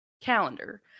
calendar